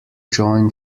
join